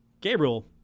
Gabriel